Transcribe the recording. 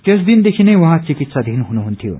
त्यस दिनदेखि नै उझैँ चिकित्साघीन हुनुहुन्थ्यो